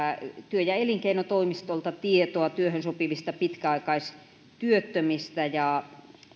työ ja elinkeinotoimistolta tietoa työhön sopivista pitkäaikaistyöttömistä ja